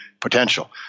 potential